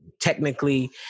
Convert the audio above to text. technically